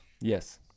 Yes